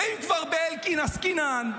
ואם כבר באלקין עסקינן,